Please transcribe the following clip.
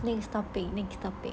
next topic next topic